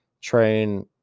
train